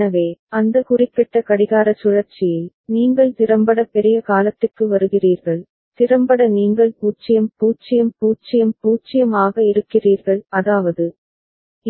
எனவே அந்த குறிப்பிட்ட கடிகார சுழற்சியில் நீங்கள் திறம்பட பெரிய காலத்திற்கு வருகிறீர்கள் திறம்பட நீங்கள் 0 0 0 0 ஆக இருக்கிறீர்கள் அதாவது